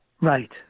Right